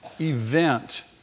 event